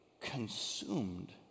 consumed